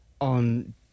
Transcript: on